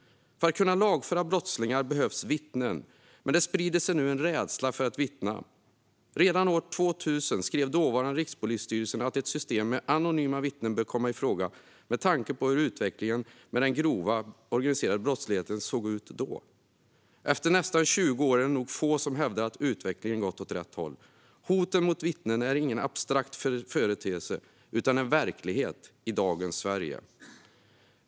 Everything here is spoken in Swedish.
För att kunna lagföra brottslingar behövs vittnen, men det sprider sig nu en rädsla för att vittna. Redan år 2000 skrev dåvarande Rikspolisstyrelsen att ett system med anonyma vittnen bör komma i fråga, med tanke på hur utvecklingen av den grova organiserade brottsligheten såg ut då. Efter nästan 20 år är det nog få som hävdar att utvecklingen gått åt rätt håll. Hoten mot vittnen är ingen abstrakt företeelse utan en verklighet i dagens Sverige.